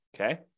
Okay